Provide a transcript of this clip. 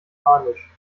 panisch